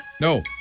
No